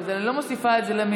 אבל אני לא מוסיפה את זה למניין.